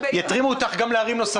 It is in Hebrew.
יתרימו אותך גם לערים נוספות.